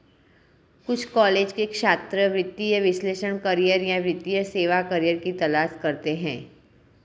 कुछ कॉलेज के छात्र वित्तीय विश्लेषक करियर या वित्तीय सेवा करियर की तलाश करते है